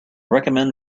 recommend